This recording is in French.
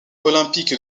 olympique